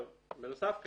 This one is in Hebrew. בנוסף,